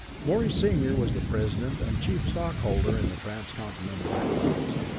morey senior was the president and chief stockholder in the transcontinental air lines.